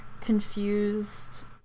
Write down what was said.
confused